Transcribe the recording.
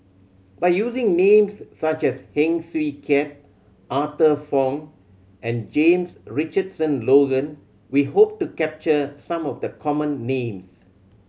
by using names such as Heng Swee Keat Arthur Fong and James Richardson Logan we hope to capture some of the common names